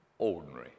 Ordinary